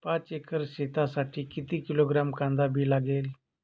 पाच एकर शेतासाठी किती किलोग्रॅम कांदा बी लागेल?